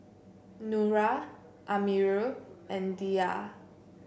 Nura Amirul and Dhia